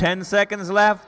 ten seconds left